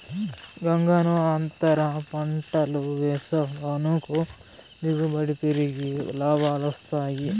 గంగన్నో, అంతర పంటలు వేసావనుకో దిగుబడి పెరిగి లాభాలొస్తాయి